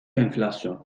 enflasyon